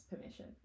permission